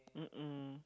mmhmm